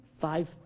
Five